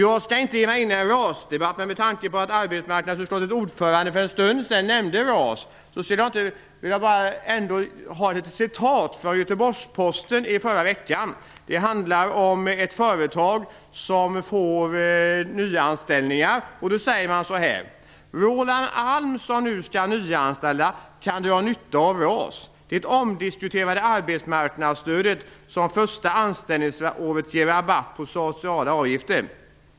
Jag skall inte gå in i en RAS-debatt, men med tanke på att arbetsmarknadsutskottets ordförande för en stund sedan nämnde RAS, vill jag ändå bara referera vad som skrevs i Göteborgsposten i förra veckan. Det handlar om ett företag som får nyanställningar. I artikel skriver man: Roland Alm, som nu skall nyanställa kan dra nytta av RAS, det omdiskuterade arbetsmarknadsstödet som första anställningsåret ger rabatt på sociala avgifter.